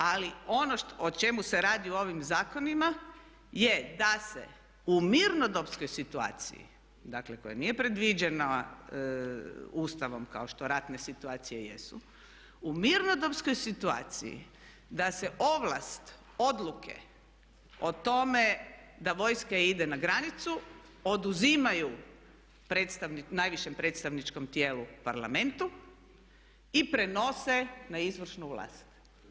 Ali ono o čemu se radi u ovim zakonima je da se u mirnodopskoj situaciji, dakle koja nije predviđena Ustavom kao što ratne situacije jesu, u mirnodopskoj situaciji da se ovlast odluke o tome da vojska ide na granicu oduzima najvišem predstavničkom tijelu Parlamentu i prenose na izvršnu vlast.